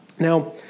Now